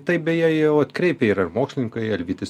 tai beje jau atkreipę yra ir mokslininkai alvytis